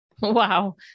Wow